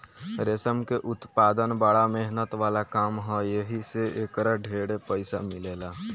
रेशम के उत्पदान बड़ा मेहनत वाला काम ह एही से एकर ढेरे पईसा मिलेला